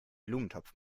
blumentopf